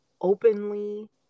openly